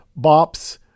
Bops